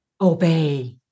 Obey